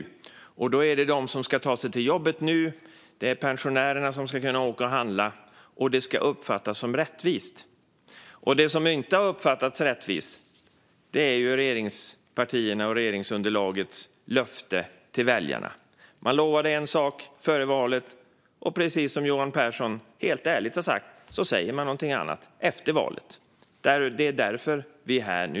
Det handlar om dem som ska ta sig till jobbet och om pensionärerna som ska kunna åka och handla, och det ska uppfattas som rättvist. Det som inte har uppfattats som rättvist är regeringspartiernas och regeringsunderlagets löfte till väljarna. Man lovade en sak före valet, och sedan - precis som Johan Pehrson helt ärligt har sagt - säger man något annat efter valet. Det är därför vi är här nu.